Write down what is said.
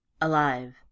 Alive